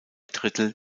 drittel